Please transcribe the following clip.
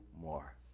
more